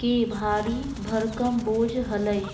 के भारी भरकम बोझ हलय